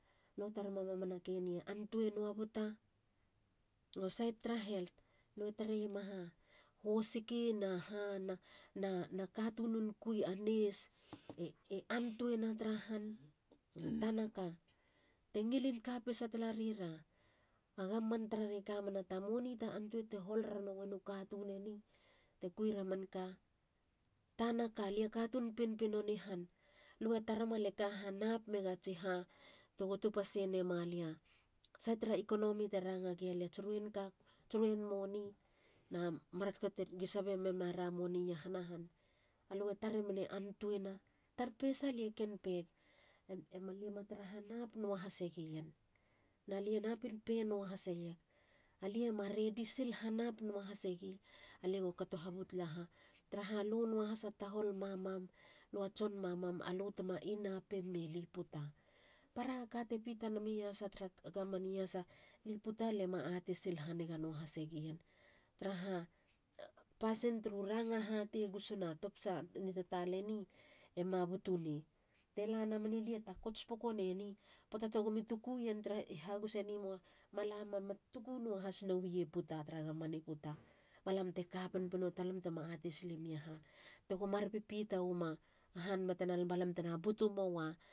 Lue tarem a mankeni e antue nuabuta? Na sait tara health. lue tareiema hosiki nahana. a katunun kui a nurse e antuena tara han? Tana ka. te ngilin kapesa talarira. a government tarare kamena ta money? Te antue te hol ranowen u katun eni te kuira manka? Tanaka. lia katun pinpino ni han. lue taram alie ka ha nap mega tsi ha tego tupasei nemalia. sait tara economy te ranga gia lia. tsi ruen money na markato tegi sabe mema money iahana han. alue tareman e antuena? Tar pesa. lie ken peieg. alia ma tara hanap nua hasegien. nalie napin pei nuahaseieg. aliema redi sil hanap nuahasegi. alie go kato habutia ha. taraha lu nuahas a tahol mamam. lua tson mamam alu tema inapemeli puta. para kate pita nami iasa tara gavman i iasa. li puta. lema ateisil haniga nuahasegien. taraha. pasin turu ranga hatei. gusuna topisa nitataleni. ema butunei. Te lanamen ili e takots poko neni. poata te gomi tukuien tara i haguseni mua. mala mami tukunnuahas nowe tara gavmen i puta. balamte ka pinpino talam. tema atei silemi aha tego mar pipita wema han. betena. ba lam tena butu moa